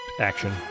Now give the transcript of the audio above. Action